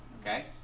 Okay